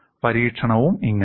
പരീക്ഷണവും ഇങ്ങനെയാണ്